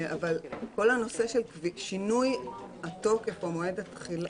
אבל כל הנושא של שינוי התוקף גם מועד התחילה,